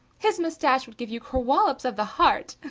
his moustache would give you kerwollowps of the heart.